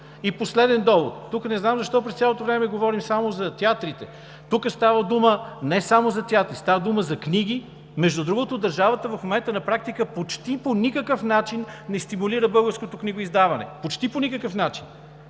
И последен довод. Не знам защо през цялото време говорим само за театрите. Тук става дума не само за театри, става дума за книги. Между другото, държавата в момента на практика почти по никакъв начин не стимулира българското книгоиздаване. Почти по никакъв начин.